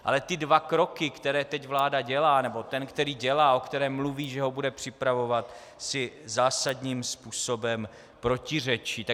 Ale ty dva kroky, které teď vláda dělá, nebo ten, který dělá, o kterém mluví, že ho bude připravovat, si zásadním způsobem protiřečí.